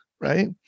right